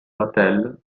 vatel